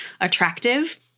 attractive